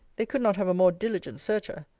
they could not have a more diligent searcher.